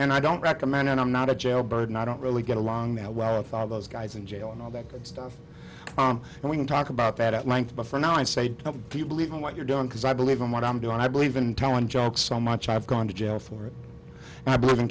and i don't recommend and i'm not a jailbird and i don't really get along that well with all those guys in jail and all that good stuff and we can talk about that at length but for now and say do you believe in what you're doing because i believe in what i'm doing i believe in telling jokes so much i've gone to jail for it and i believe in